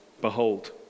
Behold